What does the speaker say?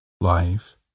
life